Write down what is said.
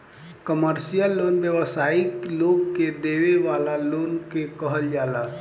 commercial loan व्यावसायिक लोग के देवे वाला लोन के कहल जाला